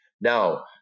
Now